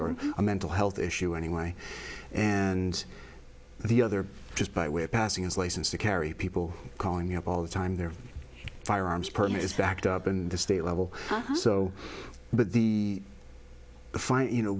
or a mental health issue anyway and the other just by way of passing his license to carry people calling me up all the time their firearms permit is backed up and the state level so but the fine you know